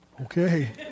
Okay